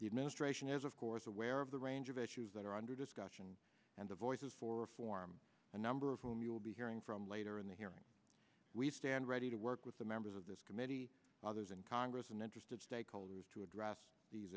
administration is of course aware of the range of issues that are under discussion and the voices for reform a number of whom you will be hearing from later in the hearing we stand ready to work with the members of this committee others in congress and interested stakeholders to address these